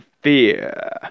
Fear